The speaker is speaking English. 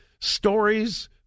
stories